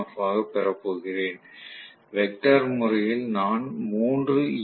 F ஆகப் பெறப் போகிறேன் வெக்டர் முறையில் நான் மூன்று ஈ